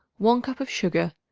one cup of sugar,